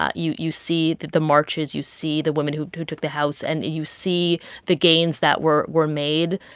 ah you you see the the marches. you see the women who who took the house. and you see the gains that were were made.